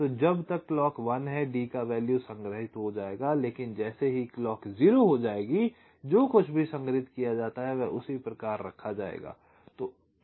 तो जब तक क्लॉक 1 है D का वैल्यू संग्रहित हो जाएगा लेकिन जैसे ही क्लॉक 0 हो जाएगी जो कुछ भी संग्रहित किया जाता है वह उसी प्रकाररखा जाएगा